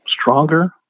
stronger